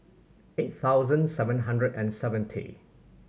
eight thousand seven hundred and seventy